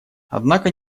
однако